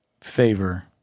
favor